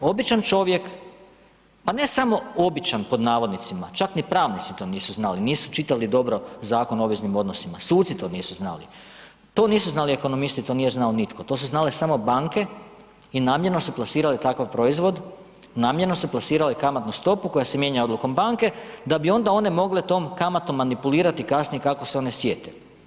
Običan čovjek, pa ne samo „običan“, čak ni pravnici to nisu znali, nisu čitali dobro Zakon o obveznim odnosnima, suci to nisu znali, to nisu znali ekonomisti, to nije znao nitko, to su znale samo banke i namjerno su plasirale takav proizvod, namjerno su plasirale kamatnu stopu koja se mijenja odlukom banke da bi onda mogle tom kamatom manipulirati kasnije kako se one sjete.